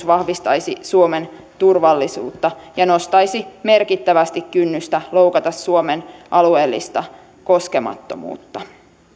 vahvistaisi suomen turvallisuutta ja nostaisi merkittävästi kynnystä loukata suomen alueellista koskemattomuutta